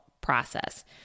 process